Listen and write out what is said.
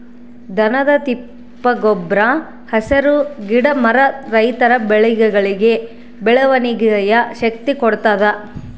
ದನದ ತಿಪ್ಪೆ ಗೊಬ್ರ ಹಸಿರು ಗಿಡ ಮರ ರೈತರ ಬೆಳೆಗಳಿಗೆ ಬೆಳವಣಿಗೆಯ ಶಕ್ತಿ ಕೊಡ್ತಾದ